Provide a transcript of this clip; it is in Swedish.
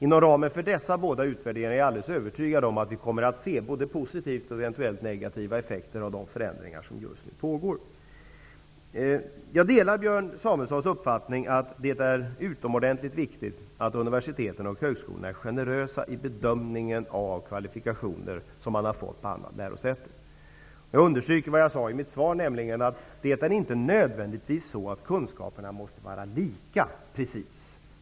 Inom ramen för dessa båda utvärderingar är jag alldeles övertygad om att vi kommer att se både positiva och eventuellt negativa effekter av de förändringar som just nu pågår. Jag delar Björn Samuelsons uppfattning att det är utomordentligt viktigt att universiteten och högskolorna är generösa i bedömningen av kvalifikationer som studenterna har fått vid andra lärosäten. Jag understryker det jag sade i mitt svar, nämligen att det inte nödvändigtvis är så att kunskaperna måste vara precis lika.